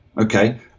okay